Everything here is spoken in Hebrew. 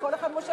שכל אחד מושך,